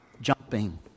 jumping